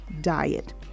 diet